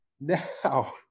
Now